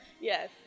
Yes